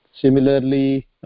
Similarly